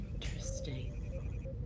Interesting